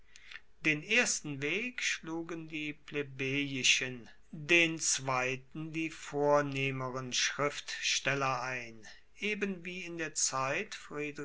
den ersten weg schlugen die plebejischen den zweiten die vornehmeren schriftsteller ein eben wie in der zeit